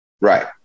right